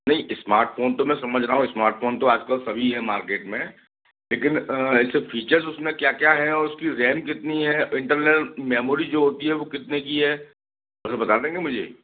नहीं इस्मार्टफ़ोन तो मैं समझ रहा हूँ इस्मार्टफ़ोन तो आज कल सभी है मार्केट में लेकिन ऐसे फीचर्स उसमें क्या क्या हैं और उसकी रैम कितनी है इंटरनल मैमोरी जो होती है वो कितने की है अगर बता देंगे मुझे